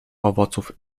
owoców